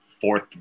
fourth